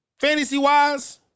fantasy-wise